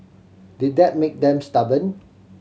did that make them stubborn